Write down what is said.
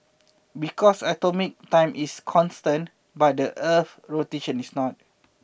because atomic time is constant but the earth's rotation is not